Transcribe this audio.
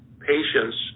patients